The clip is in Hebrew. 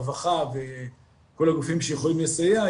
הרווחה וכל הגופים שיכולים לסייע,